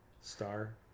Star